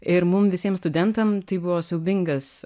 ir mum visiem studentam tai buvo siaubingas